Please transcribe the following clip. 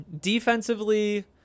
Defensively